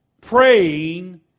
praying